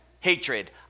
hatred